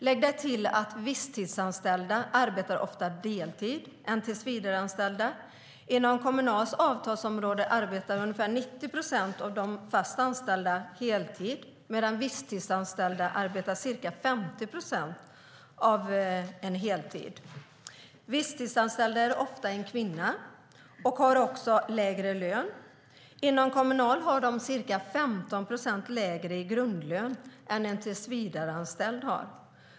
Lägg därtill att visstidsanställda oftare arbetar deltid än tillsvidareanställda. Inom Kommunals avtalsområde arbetar ungefär 90 procent av de fast anställda heltid medan visstidsanställda arbetar ca 50 procent av en heltid. Visstidsanställda är ofta kvinnor och har också lägre lön. Inom Kommunal har de ca 15 procent lägre grundlön än en tillsvidareanställd har.